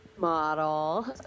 model